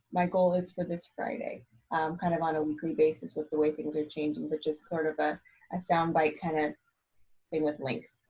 my goal is for this friday kind of on a weekly basis with the way things are changing, but just sort of but a sound bite kind of thing with links.